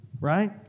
right